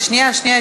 שנייה, שנייה.